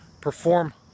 perform